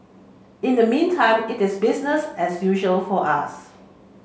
in the meantime it is business as usual for us